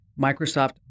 Microsoft